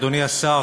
אדוני השר,